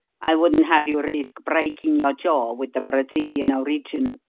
i wouldn't have you risk breaking your jaw with the brazilian original.